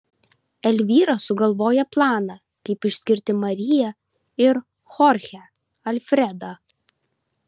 elvyra sugalvoja planą kaip išskirti mariją ir chorchę alfredą